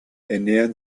ernähren